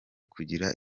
kugira